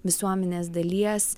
visuomenės dalies